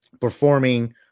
performing